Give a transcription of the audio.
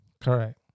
Correct